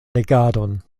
legadon